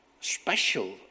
special